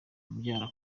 umbyara